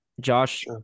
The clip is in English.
Josh